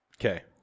Okay